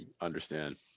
understand